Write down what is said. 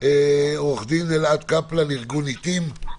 עורך-דין אלעד קפלן מארגון "עיתים".